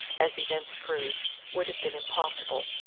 as events proved, would have been impossible.